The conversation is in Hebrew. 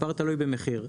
מספר תלוי במחיר,